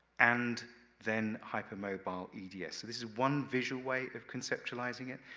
and then hypermobile eds. so, this is one visual way of conceptualizing it.